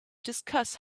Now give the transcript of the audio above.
discuss